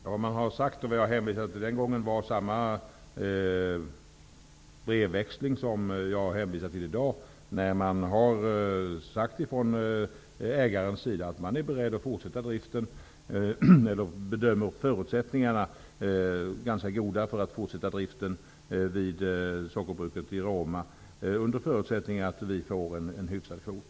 Fru talman! Vad man har sagt och vad jag den gången hänvisade till var samma brevväxling som jag har hänvisat till i dag. Man har där från ägarens sida sagt att man bedömer förutsättningarna ganska goda för att fortsätta driften vid sockerbruket i Roma, under förutsättning att vi får en hygglig sockerkvot.